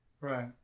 right